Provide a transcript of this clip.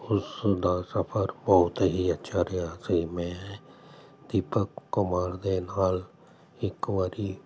ਉਸ ਦਾ ਸਫ਼ਰ ਬਹੁਤ ਹੀ ਅੱਛਾ ਰਿਹਾ ਫਿਰ ਮੈਂ ਦੀਪਕ ਕੁਮਾਰ ਦੇ ਨਾਲ ਇੱਕ ਵਾਰ